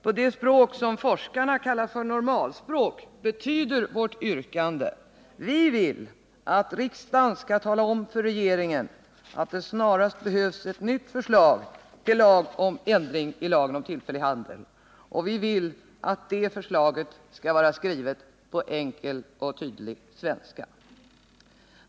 På det språk som forskarna kallar för normalspråk betyder vårt yrkande: Vi vill att riksdagen skall tala om för regeringen att det snarast behövs ett nytt förslag till lag om ändring i lagen om tillfällig handel. Vi vill att det förslaget skall vara skrivet på enkel och tydlig svenska.